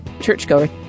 churchgoer